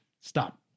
stop